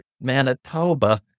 Manitoba